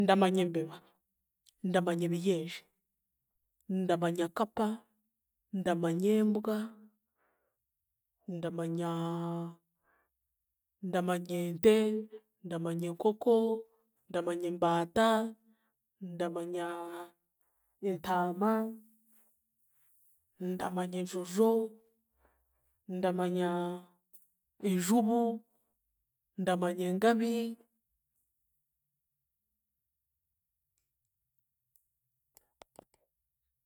Ndamanya embeba, ndamanya ebiyenje, ndamanya kapa, ndamanya embwa, ndamanya ndamanya ente, ndamanya enkoko, ndamanya embaata, ndamanya entaama, ndamanya enjojo, ndamanya enjubu, ndamanya engabi.